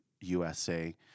USA